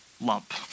lump